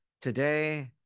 today